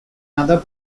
other